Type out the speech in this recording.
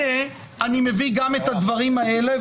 אז הנה אני מביא גם את הדברים האלה.